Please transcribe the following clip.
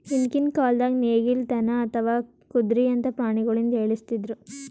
ಹಿಂದ್ಕಿನ್ ಕಾಲ್ದಾಗ ನೇಗಿಲ್, ದನಾ ಅಥವಾ ಕುದ್ರಿಯಂತಾ ಪ್ರಾಣಿಗೊಳಿಂದ ಎಳಸ್ತಿದ್ರು